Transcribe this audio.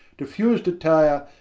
defus'd attyre,